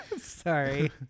Sorry